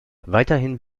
weiterhin